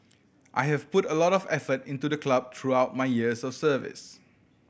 I have put a lot of effort into the club throughout my years of service